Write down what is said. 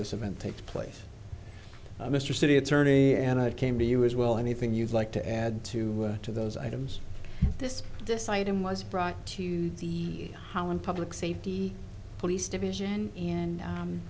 this event takes place mr city attorney and i came to you as well anything you'd like to add to to those items this this item was brought to the holland public safety police division and